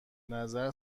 نظر